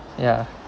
ya